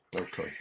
Okay